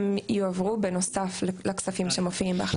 הם יועברו בנוסף לכספים שמופיעים בהחלטה.